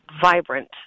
vibrant